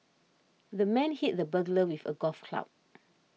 the man hit the burglar with a golf club